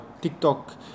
TikTok